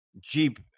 Jeep